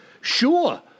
Sure